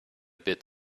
bit